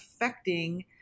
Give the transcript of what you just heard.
affecting